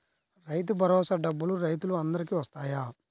రైతు భరోసా డబ్బులు రైతులు అందరికి వస్తాయా?